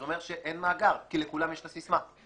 זה אומר שאין מאגר כי לכולם יש את הסיסמה,